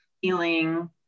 feeling